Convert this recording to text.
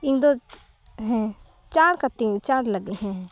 ᱤᱧ ᱫᱚ ᱦᱮᱸ ᱪᱟᱬ ᱠᱟᱛᱤᱧ ᱪᱟᱬ ᱞᱟᱹᱜᱤᱫ ᱦᱮᱸᱦᱮᱸ